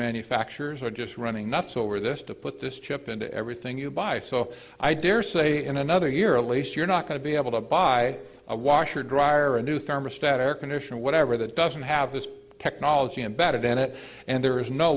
manufacturers are just running nothing over this to put this chip into everything you buy so i daresay in another year at least you're not going to be able to buy a washer dryer a new thermostat air conditioner whatever that doesn't have this technology embedded in it and